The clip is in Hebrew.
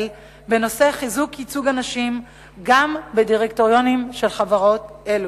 בנושא חיזוק ייצוג הנשים גם בדירקטוריונים של חברות אלו.